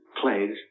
played